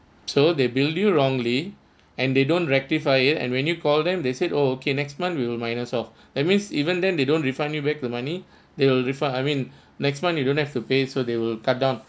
so they billed you wrongly and they don't rectify it and when you call them they said oh okay next month will minus off that means even then they don't refund back the money they will refund I mean next month you don't have to pay so they will cut down